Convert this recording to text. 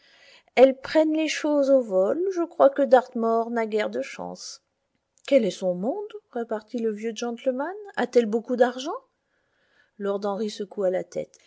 elles prennent les choses au vol je crois que dartmoor n'a guère de chances quel est son monde repartit le vieux gentleman a-t-elle beaucoup d'argent lord henry secoua la tête